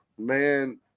Man